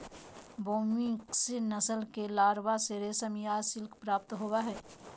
Bombyx नस्ल के larva से रेशम या सिल्क प्राप्त होबा हइ